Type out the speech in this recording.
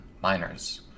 miners